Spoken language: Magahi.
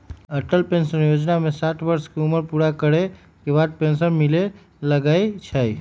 अटल पेंशन जोजना में साठ वर्ष के उमर पूरा करे के बाद पेन्सन मिले लगैए छइ